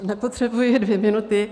Nepotřebuji dvě minuty.